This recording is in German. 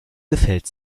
gefällt